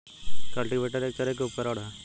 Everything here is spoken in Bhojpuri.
कल्टीवेटर एक तरह के उपकरण ह